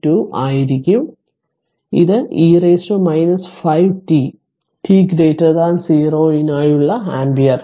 2 ആയിരിക്കും അതിനാൽ ഇത് e 5 t t 0 നായുള്ള ആമ്പിയർ